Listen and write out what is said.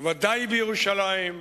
בוודאי בירושלים,